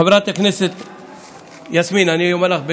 חברת הכנסת יסמין, אני אומר לך בכנות,